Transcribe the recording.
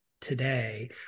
today